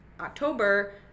October